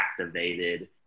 activated